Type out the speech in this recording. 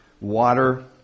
water